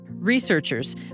Researchers